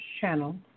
channel